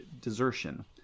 desertion